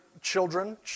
children